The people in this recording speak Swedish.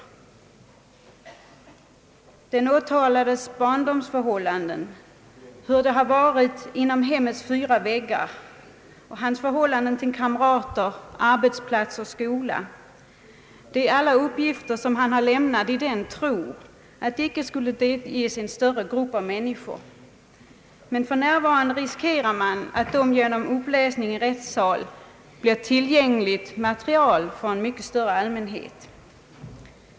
När den åtalade lämnar uppgifter om barndomsförhållanden, om hur det varit inom hemmets väggar och om sina förhållanden till kamrater, arbetsplats och skola gör den åtalade det i den tron att de icke skall delges en större grupp av människor. Men för närvarande riskerar man att uppgifterna genom uppläsning i rättssalen blir tillgängliga för en mycket större allmänhet.